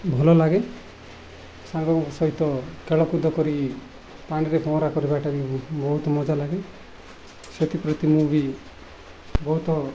ଭଲ ଲାଗେ ସାଙ୍ଗଙ୍କ ସହିତ ଖେଳକୁଦ କରି ପାଣିରେ ପହଁରା କରିବାଟା ବି ବହୁତ ମଜା ଲାଗେ ସେଥିପ୍ରତି ମୁଁ ବି ବହୁତ